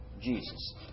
Jesus